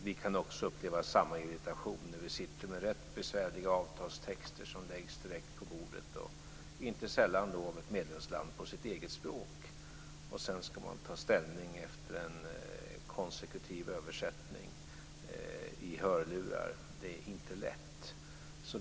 Vi kan också uppleva samma irritation när vi sitter med besvärliga avtalstexter som läggs direkt på bordet - inte sällan avfattade av ett medlemsland på sitt eget språk - där man ska ta ställning efter en konsekutiv översättning i hörlurar. Det är inte lätt.